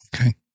okay